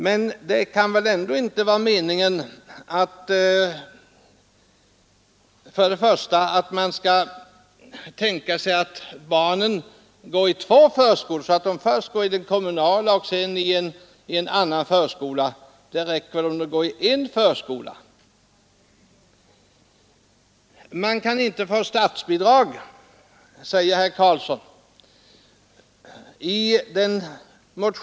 Men det kan väl inte vara meningen att barnen skall gå i två förskolor: först i den kommunala och sedan i en annan! Det räcker om de går i en förskola. Dessa alternativa förskolor kan inte få statsbidrag, säger herr Karlsson i Huskvarna.